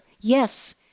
Yes